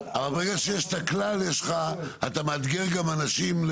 אבל, ברגע שיש את הכלל, אתה מאתגר גם אנשים.